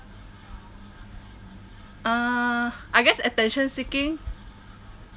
uh I guess attention seeking